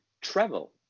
travel